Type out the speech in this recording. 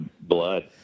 blood